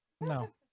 no